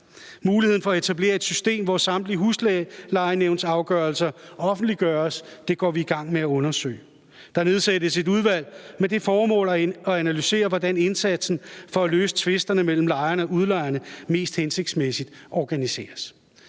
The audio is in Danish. muligheden for at etablere et system, hvor samtlige huslejenævnsafgørelser offentliggøres – det går vi i gang med at undersøge. Der nedsættes et udvalg med det formål at analysere, hvordan indsatsen for at løse tvisterne mellem lejerne og udlejerne mest hensigtsmæssigt organiseres.